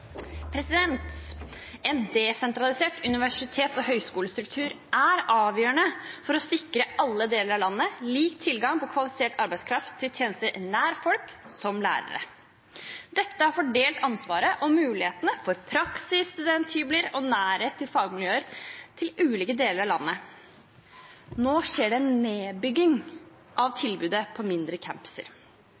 En desentralisert universitets- og høyskolestruktur er avgjørende for å sikre alle deler av landet lik tilgang på kvalifisert arbeidskraft til tjenester nær folk – som lærere. Dette har fordelt ansvaret og mulighetene for praksis, studenthybler og nærhet til fagmiljøer til ulike deler av landet. Nå skjer det en nedbygging av tilbudet på mindre